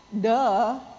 Duh